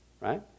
right